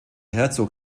herzog